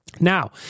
Now